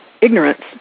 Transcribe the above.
ignorance